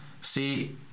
see